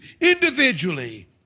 individually